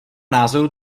názoru